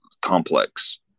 complex